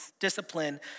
discipline